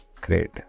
Great